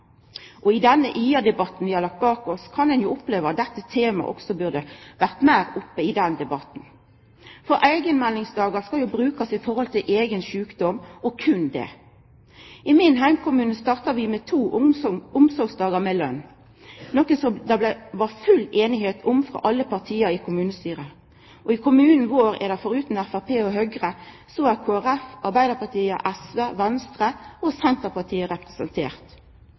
I den IA-debatten vi har lagt bak oss, burde dette temaet ha vore meir oppe. Eigenmeldingsdagar skal jo brukast ved eigen sjukdom, og berre det. I min heimkommune starta vi med to omsorgsdagar med løn, noko det var full semje om frå alle partia i kommunestyret, og i kommunen vår er – forutan Framstegspartiet og Høgre – Kristeleg Folkeparti, Arbeidarpartiet, SV, Venstre og Senterpartiet